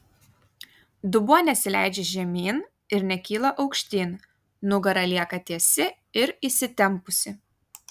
dubuo nesileidžia žemyn ir nekyla aukštyn nugara lieka tiesi ir įsitempusi